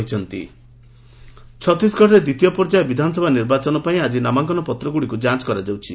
ଛତିଶଗଡ ଇଲେକୁନ ଛତିଶଗଡରେ ଦ୍ୱିତୀୟ ପର୍ଯ୍ୟାୟ ବିଧାନସଭା ନିର୍ବାଚନ ପାଇଁ ଆଜି ନାମାଙ୍କନପତ୍ର ଗୁଡ଼ିକ ଯାଞ୍ଚ କରାଯାଉଛି